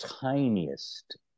tiniest